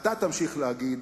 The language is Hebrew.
תמשיך להגיד